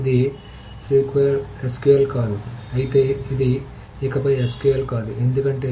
ఇది SQL కాదు అయితే ఇది ఇకపై SQL కాదు ఎందుకంటే